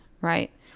right